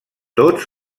tots